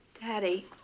Daddy